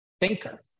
thinker